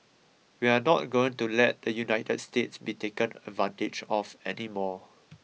we are not going to let the United States be taken advantage of any more